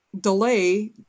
delay